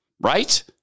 Right